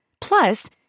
Plus